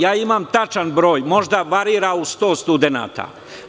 Ja imam tačan broj, možda varira u 100 studenata.